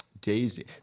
Daisy